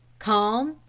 calm,